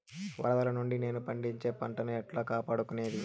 వరదలు నుండి నేను పండించే పంట ను ఎట్లా కాపాడుకునేది?